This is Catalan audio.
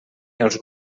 els